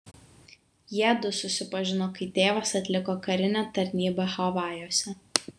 jiedu susipažino kai tėvas atliko karinę tarnybą havajuose